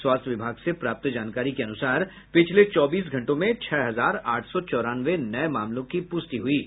स्वास्थ्य विभाग से प्राप्त जानकारी के अनसुार पिछले चौबीस घंटों में छह हजार आठ सौ चौरानवे नये मामलों की पृष्टि हुई है